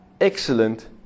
excellent